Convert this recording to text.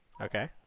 Okay